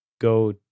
go